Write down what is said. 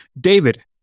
David